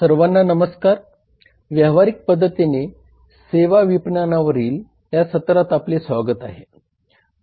सर्वांना नमस्कार व्यावहारिक पध्दतीने सेवा विपणनाच्या या अभ्यासक्रमामध्ये आपले स्वागत आहे